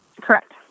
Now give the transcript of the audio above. Correct